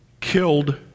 killed